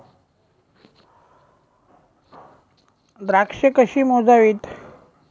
द्राक्षे कशी मोजावीत?